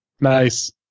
Nice